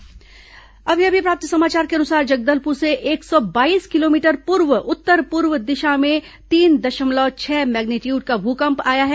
भुकंप अभी अभी प्राप्त समाचार के अनुसार जगदलपुर से एक सौ बाईस किलोमीटर पूर्व उत्तर पूर्व दिशा में तीन दशमलव छह मैग्नीट्यूड का भूकंप आया है